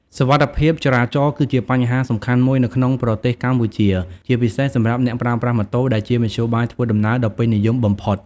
សុវត្ថិភាពចរាចរណ៍ គឺជាបញ្ហាសំខាន់មួយនៅក្នុងប្រទេសកម្ពុជា ជាពិសេសសម្រាប់អ្នកប្រើប្រាស់ម៉ូតូ ដែលជាមធ្យោបាយធ្វើដំណើរដ៏ពេញនិយមបំផុត។